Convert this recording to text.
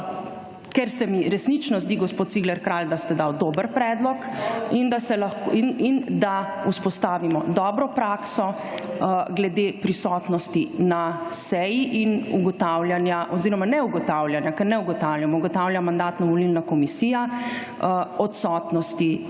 Ker se mi resnično zdi, gospod Cigler Kralj, da ste dal dober predlog in da vzpostavimo dobro prakso glede prisotnosti na seji in ugotavljanja oziroma ne ugotavljanja, ker ne ugotavljamo, ugotavlja Mandatno-volilna komisija odsotnosti,